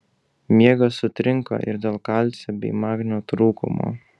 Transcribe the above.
miegas sutrinka ir dėl kalcio bei magnio trūkumo